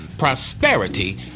prosperity